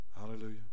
Hallelujah